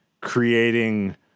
creating